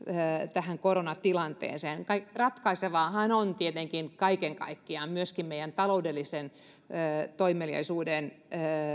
tähän koronatilanteeseen ratkaisevaahan on tietenkin kaiken kaikkiaan myöskin meidän taloudellisen toimeliaisuutemme